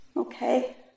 Okay